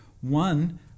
One